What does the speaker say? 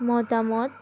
মতামত